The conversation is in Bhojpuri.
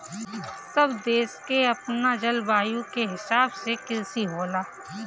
सब देश में अपना जलवायु के हिसाब से कृषि होला